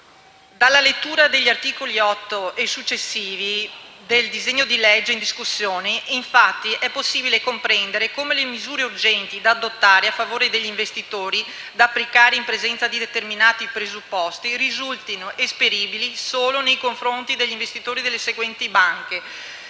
Dalla lettura degli articoli 8 e successivi del provvedimento in discussione, infatti, è possibile comprendere come le misure urgenti da adottare a favore degli investitori da applicare in presenza di determinati presupposti risultino esperibili solo nei confronti degli investitori delle seguenti banche: